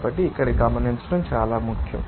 కాబట్టి ఇక్కడ గమనించడం చాలా ముఖ్యం